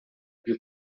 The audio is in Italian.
più